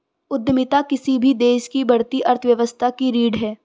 उद्यमिता किसी भी देश की बढ़ती अर्थव्यवस्था की रीढ़ है